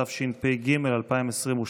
התשפ"ג 2022,